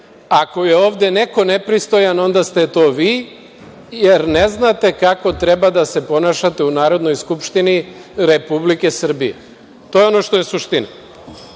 Ako je ovde neko nepristojan, onda ste to vi, jer ne znate kako treba da se ponašate u Narodnoj skupštini Republike Srbije. To je ono što je suština. Druga